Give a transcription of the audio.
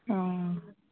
অঁ